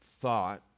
thought